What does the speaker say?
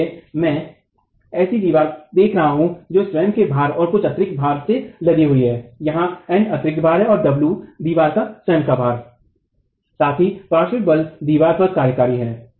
इसलिए मैं एक ऐसी दीवार को देख रहा हूं जो स्वयं के भार और कुछ अतिरिक्त भार से लदी हुई है यहां N अतिरिक्त भार है और W दीवार के स्वयं का भार हैसाथ ही पार्श्विक बल दीवार पर कार्यकारी है